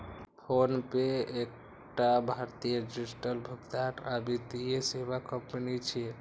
PhonePe एकटा भारतीय digital भुगतान आ वित्तीय सेवा कंपनी छियै